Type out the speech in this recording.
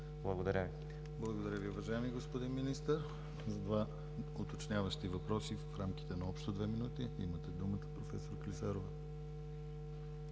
ГЛАВЧЕВ: Благодаря Ви, уважаеми господин Министър. За два уточняващи въпроси, в рамките на общо две минути, имате думата, проф. Клисарова.